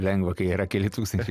lengva kai yra keli tūkstančiai